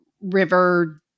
river